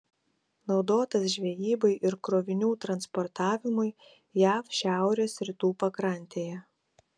naudotas žvejybai ir krovinių transportavimui jav šiaurės rytų pakrantėje